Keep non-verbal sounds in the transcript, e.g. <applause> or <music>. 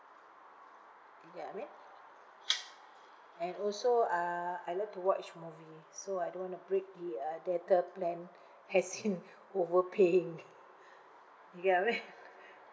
you get what I mean and also uh I love to watch movie so I don't want to break the uh data plan as in <laughs> overpaying <laughs> ya <noise> <laughs>